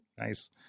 Nice